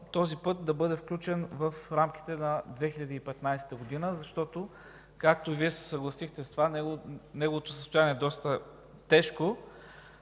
този път да бъде включен в рамките на 2015 г., защото, както и Вие се съгласихте, неговото състояние е доста тежко.